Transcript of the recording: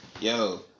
yo